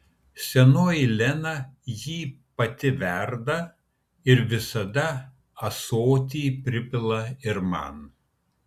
senoji lena jį pati verda ir visada ąsotį pripila ir man